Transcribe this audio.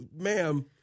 ma'am